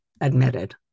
admitted